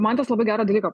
mantas labai gerą dalyką